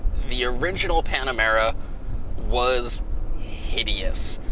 the original panamera was hideous.